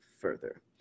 further